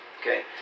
Okay